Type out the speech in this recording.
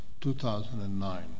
2009